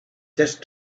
just